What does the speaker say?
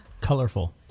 Colorful